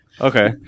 Okay